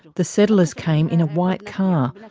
the settlers came in a white car.